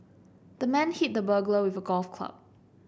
the man hit the burglar with a golf club